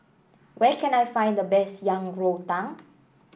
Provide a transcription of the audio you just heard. where can I find the best Yang Rou Tang